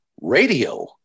radio